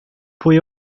pwy